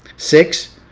six,